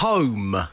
Home